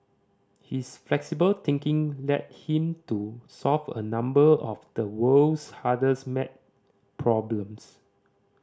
his flexible thinking led him to solve a number of the world's hardest maths problems